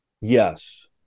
Yes